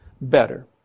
better